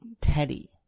Teddy